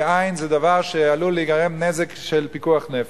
כי עין זה דבר שעלול להיגרם בו נזק של פיקוח נפש.